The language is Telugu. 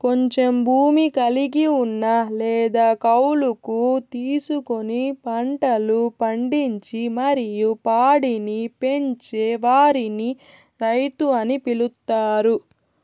కొంచెం భూమి కలిగి ఉన్న లేదా కౌలుకు తీసుకొని పంటలు పండించి మరియు పాడిని పెంచే వారిని రైతు అని పిలుత్తారు